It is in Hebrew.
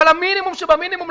אבל המינימום שבמינימום,